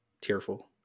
tearful